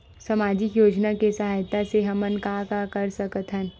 सामजिक योजना के सहायता से हमन का का कर सकत हन?